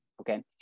Okay